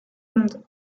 monde